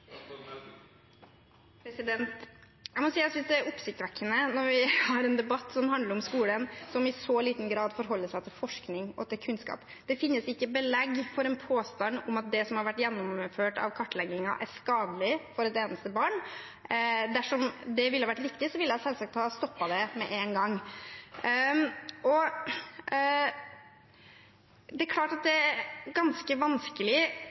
må si jeg synes det er oppsiktsvekkende at vi har en debatt som handler om skolen, som i så liten grad forholder seg til forskning og kunnskap. Det finnes ikke belegg for en påstand om at det som har vært gjennomført av kartlegginger, er skadelig for et eneste barn. Dersom det hadde vært riktig, ville jeg selvsagt ha stoppet det med en gang. Det er klart at det er ganske